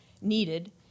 needed